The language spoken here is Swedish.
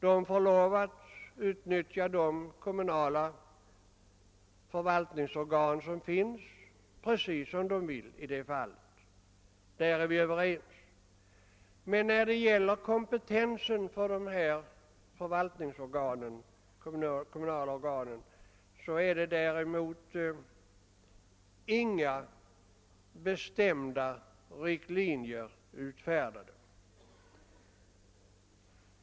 De får lov att precis som de vill utnyttja de kommunala förvaltningsorgan som finns — där är vi överens. Men när det gäller kompetensen för dessa kommunala förvaltningsorgan finns det däremot inte några bestämda riktlinjer.